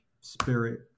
spirit